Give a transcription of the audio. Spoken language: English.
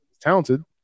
talented